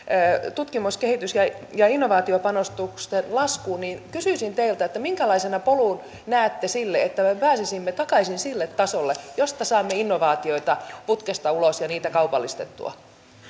tutkimus kehitys ja innovaatiopanostusten laskuun niin kysyisin teiltä minkälaisena näette polun sille että me pääsisimme takaisin sille tasolle jolla saamme innovaatioita putkesta ulos ja niitä kaupallistettua